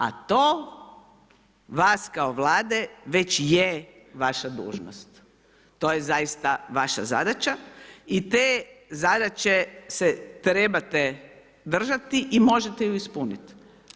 A to vas kao Vlade već je vaša dužnost, to je zaista vaša zadaća i te zadaće se trebate držati i možete ju ispuniti.